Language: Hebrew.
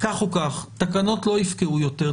כך או כך, תקנות לא יפקעו יותר.